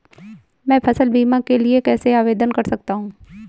मैं फसल बीमा के लिए कैसे आवेदन कर सकता हूँ?